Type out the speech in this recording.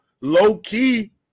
low-key